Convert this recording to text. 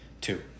Two